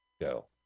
go